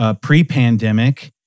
pre-pandemic